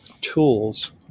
tools